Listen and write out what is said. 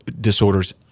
disorders